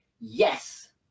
Yes